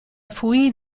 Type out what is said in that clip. fouille